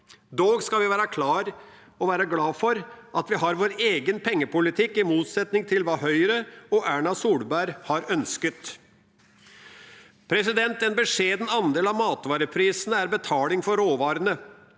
Dog skal vi være klare og glad for at vi har vår egen pengepolitikk, i motsetning til hva Høyre og Erna Solberg har ønsket. En beskjeden andel av matvareprisene er betaling for råvarene.